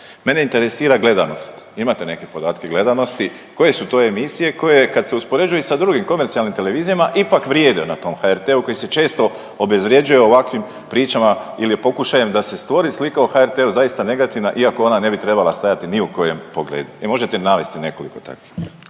Mene interesira gledanost. Imate neke podatke gledanosti. Koje su to emisije koje kad se uspoređuju i sa drugim komercijalnim televizijama ipak vrijede na tom HRT-u koji se često obezvrjeđuje ovakvim pričama ili pokušajem da se stvori slika o HRT-u zaista negativna iako ona ne bi trebala stajati ni u kojem pogledu. Jel možete navesti nekoliko takvih?